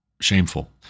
shameful